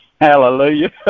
Hallelujah